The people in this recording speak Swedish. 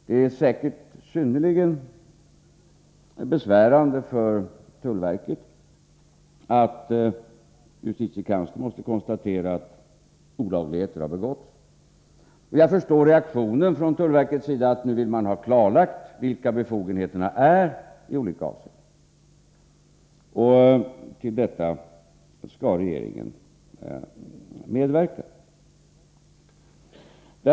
Det är säkert synnerligen besvärande för tullverket att justitiekanslern måste konstatera att olagligheter har begåtts. Jag förstår reaktionen från tullverkets sida, att man nu vill ha klarlagt vilka befogenheterna är i olika avseenden, och till detta skall regeringen medverka.